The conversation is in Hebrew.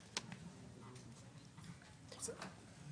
אוקיי.